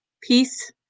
Peace